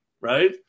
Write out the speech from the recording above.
right